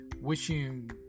wishing